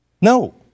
no